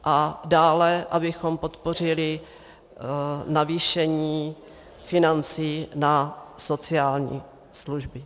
A dále, abychom podpořili navýšení financí na sociální služby.